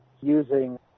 using